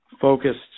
focused